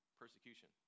persecution